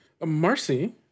Marcy